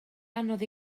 anodd